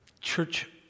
church